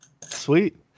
sweet